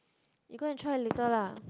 you go and try later lah